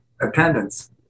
Attendance